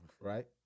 right